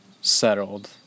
settled